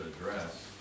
address